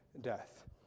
death